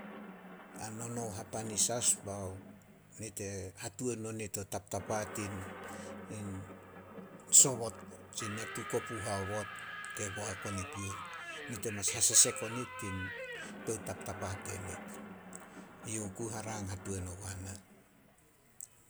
A nono hapanis as nit e hatuan nonit taptapa sobot tsi natu kopu haobot ke boak on i pion. Nit e mas hasesek onit tin tou taptapa tenit. Eyouh oku hatuan ogua na.